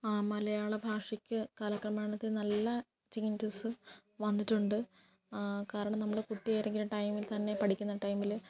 മലയാള ഭാഷയ്ക്ക് കാലക്രമേണത്തിൽ നല്ല ചേഞ്ചസ് വന്നിട്ടുണ്ട് കാരണം നമ്മള് കുട്ടിയായിരിക്കണ ടൈമിൽ തന്നെ പഠിക്കുന്ന ടൈമില്